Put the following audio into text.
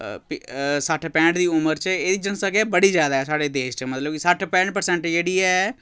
सट्ठ पैंह्ठ दी उमर च एह्दी जनसख्यां बड़ी ज्यादा ऐ साढ़े देश च मतलब सट्ठ पैंह्ठ परसैंट जेह्ड़ी ऐ